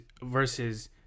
versus